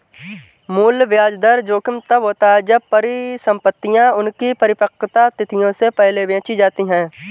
मूल्य ब्याज दर जोखिम तब होता है जब परिसंपतियाँ उनकी परिपक्वता तिथियों से पहले बेची जाती है